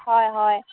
হয় হয়